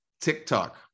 TikTok